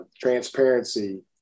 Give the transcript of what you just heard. transparency